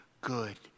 good